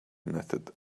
netted